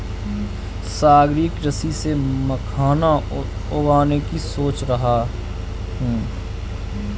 सागरीय कृषि से मखाना उगाने की सोच रहा हूं